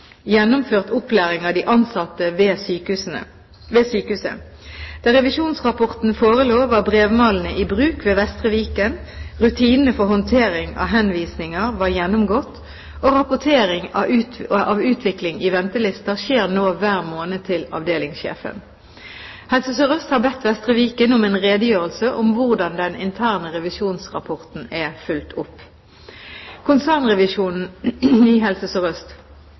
gjennomført opplæring av de ansatte ved sykehuset. Da revisjonsrapporten forelå, var brevmalene i bruk ved Vestre Viken, rutinene for håndtering av henvisninger var gjennomgått, og rapportering av utvikling når det gjelder ventelister, skjer nå hver måned til avdelingssjefen. Helse Sør-Øst har bedt Vestre Viken om en redegjørelse om hvordan den interne revisjonsrapporten er fulgt opp. Konsernrevisjonen i Helse